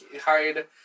hide